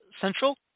Central